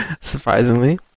Surprisingly